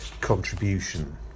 contribution